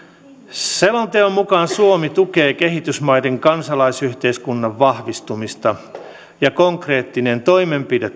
selonteon mukaan suomi tukee kehitysmaiden kansalaisyhteiskunnan vahvistumista ja konkreettinen toimenpide